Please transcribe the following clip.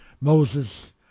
Moses